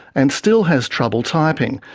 and still has trouble typing.